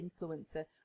influencer